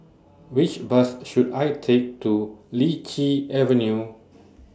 Which Bus should I Take to Lichi Avenue